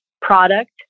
product